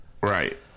Right